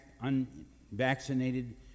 unvaccinated